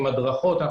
עם הדרכות.